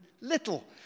little